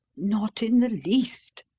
not in the least.